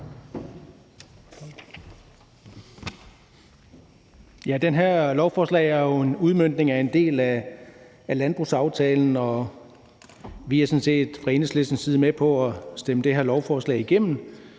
Det her lovforslag er jo en udmøntning af en del af landbrugsaftalen, og vi er sådan set fra Enhedslistens side med på at stemme det her lovforslag igennem.